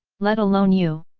let alone you!